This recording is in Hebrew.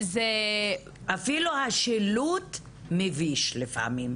אפילו השילוט מביש לפעמים.